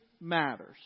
matters